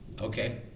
Okay